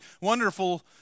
wonderful